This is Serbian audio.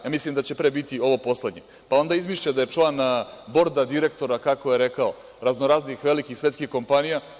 Ja mislim da će pre biti ovo poslednje, pa onda izmišlja da je član borda direktora, kako je rekao, raznoraznih velikih svetskih kompanija.